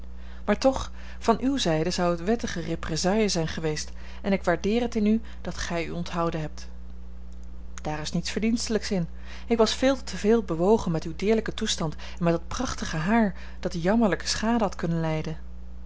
maar toch van uwe zijde zou het wettige represaille zijn geweest en ik waardeer het in u dat gij u onthouden hebt daar is niets verdienstelijks in ik was veel te veel bewogen met uw deerlijken toestand en met dat prachtige haar dat jammerlijk schade had kunnen lijden